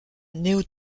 néo